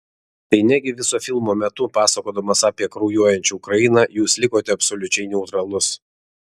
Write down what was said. tai negi viso filmo metu pasakodamas apie kraujuojančią ukrainą jūs likote absoliučiai neutralus